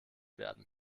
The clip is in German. werden